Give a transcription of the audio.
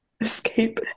Escape